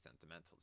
sentimental